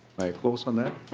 close on that?